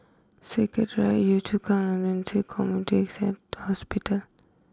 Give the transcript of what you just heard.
Secretariat Yio Chu Kang and Ren Ci Community Hospital